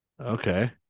Okay